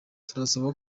turasaba